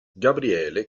gabriele